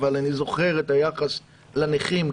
אני זוכר את היחס לנכים,